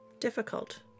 difficult